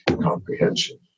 comprehension